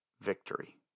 victory